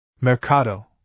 Mercado